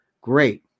great